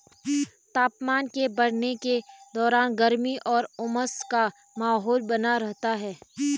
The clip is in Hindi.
तापमान के बढ़ने के दौरान गर्मी और उमस का माहौल बना रहता है